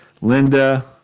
Linda